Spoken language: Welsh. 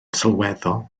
sylweddol